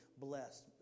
blessed